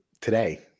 Today